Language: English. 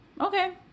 Okay